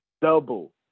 Double